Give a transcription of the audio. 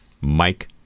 Mike